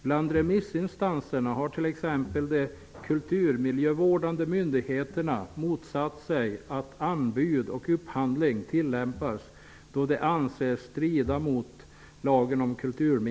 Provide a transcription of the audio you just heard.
Bland remissinstanserna har t.ex. de kulturmiljövårdande myndigheterna motsatt sig att anbud och upphandling tillämpas då de anses strida mot KML:s bevarandefilosofi (bil.